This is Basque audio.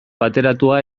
bateratua